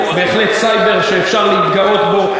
בהחלט סייבר שאפשר להתגאות בו,